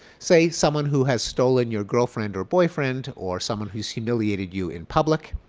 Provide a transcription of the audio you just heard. say someone who has stolen your girlfriend or boyfriend or someone who has humiliated you in public?